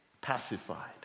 pacified